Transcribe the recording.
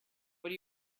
what